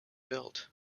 built